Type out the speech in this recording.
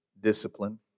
discipline